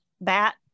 bat